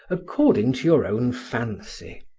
according to your own fancy,